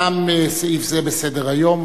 תם סעיף זה בסדר-היום,